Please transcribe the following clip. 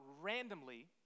randomly